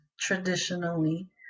traditionally